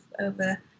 over